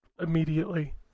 immediately